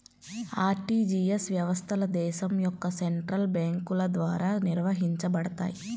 RTGS వ్యవస్థలు దేశం యొక్క సెంట్రల్ బ్యేంకుల ద్వారా నిర్వహించబడతయ్